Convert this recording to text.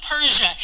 Persia